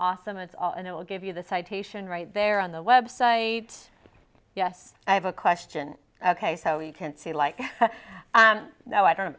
awesome it's all and it will give you the citation right there on the website yes i have a question ok so you can see like you know i don't